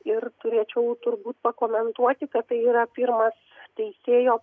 ir turėčiau turbūt pakomentuoti kad tai yra pirmas teisėjo